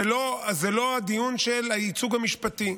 זה לא הדיון של הייצוג המשפטי.